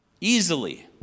Easily